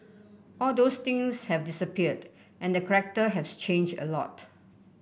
all those things have disappeared and the corrector have changed a lot